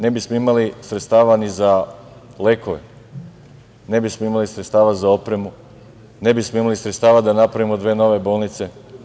Ne bismo imali ni sredstava za lekove, ne bismo imali sredstava za opremu, ne bismo imali sredstava da napravimo dve nove bolnice.